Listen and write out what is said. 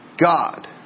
God